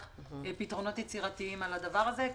פתרונות יצירתיים לדבר הזה.